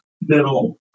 middle